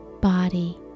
body